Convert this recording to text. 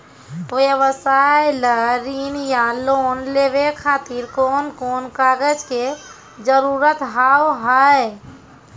व्यवसाय ला ऋण या लोन लेवे खातिर कौन कौन कागज के जरूरत हाव हाय?